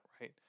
right